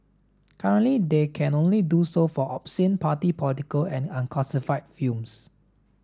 currently they can only do so for obscene party political and unclassified films